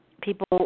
people